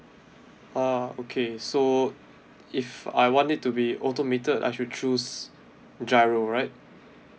ah okay so if I want it to be automated I should choose giro right